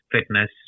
fitness